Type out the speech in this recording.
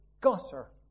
gutter